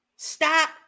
stop